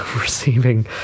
receiving